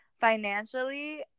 financially